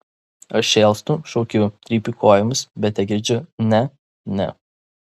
aš šėlstu šaukiu trypiu kojomis bet tegirdžiu ne ne